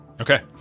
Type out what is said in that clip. Okay